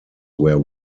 where